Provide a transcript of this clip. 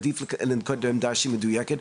עדיף לנקוט בעמדה שהיא מדויקת.